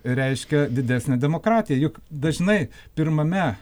reiškia didesnę demokratiją juk dažnai pirmame